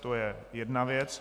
To je jedna věc.